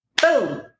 boom